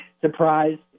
surprised